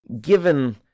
Given